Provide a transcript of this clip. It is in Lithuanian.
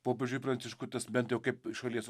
popiežiui pranciškui bent jau kaip šalies